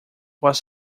was